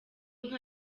nka